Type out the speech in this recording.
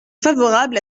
favorable